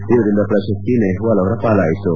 ಇದರಿಂದ ಪ್ರಶಸ್ತಿ ನೆಹ್ನಾಲ್ ಅವರ ಪಾಲಾಯಿತು